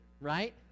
right